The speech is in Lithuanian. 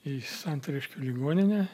į santariškių ligoninę